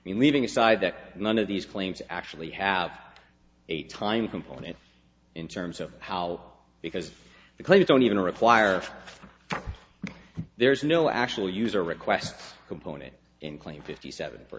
mean leaving aside that none of these claims actually have a time component in terms of how because the claims don't even require there's no actual user request component in claim fifty seven for